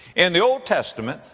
in the old testament,